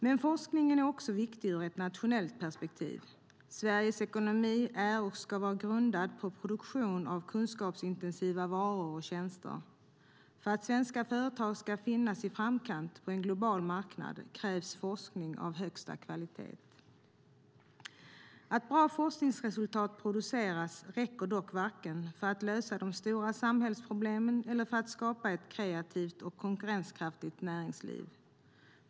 Men forskningen är också viktig ur ett nationellt perspektiv. Sveriges ekonomi är och ska vara grundad på produktion av kunskapsintensiva varor och tjänster. För att svenska företag ska finnas i framkant på en global marknad krävs forskning av högsta kvalitet. Att bra forskningsresultat produceras räcker dock varken för att lösa de stora samhällsproblemen eller för att skapa ett kreativt och konkurrenskraftigt näringsliv.